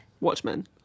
Watchmen